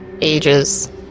ages